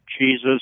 Jesus